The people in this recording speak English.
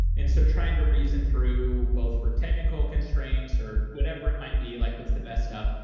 and so trying to reason through both for technical constraints or whatever it might be like? what's the best stuff?